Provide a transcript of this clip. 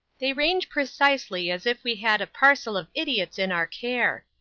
they range precisely as if we had a parcel of idiots in our care.